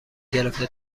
گرفته